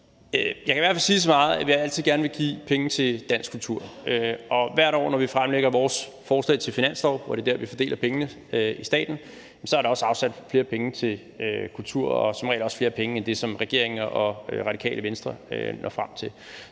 Jeg kan i hvert fald sige så meget, at vi altid gerne vil give penge til dansk kultur, og når vi hvert år fremlægger vores forslag til finanslov, hvor vi fordeler pengene i staten, så er der også afsat flere penge til kultur, som regel også flere penge, end hvad regeringen og Radikale Venstre når frem til.